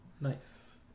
Nice